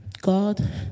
God